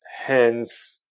hence